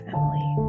Emily